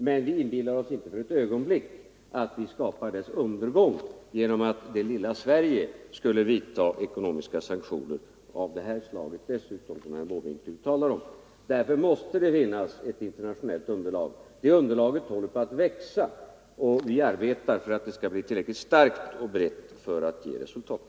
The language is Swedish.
Men vi inbillar oss inte ett ögonblick att vi skapar dess undergång genom att det lilla Sverige vidtar ekonomiska sanktioner av det slag som herr Måbrink här talar om. Därför måste det finnas ett internationellt underlag. Det underlaget håller på att växa, och vi arbetar på att få det tillräckligt starkt och brett för att ge resultat.